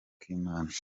k’imana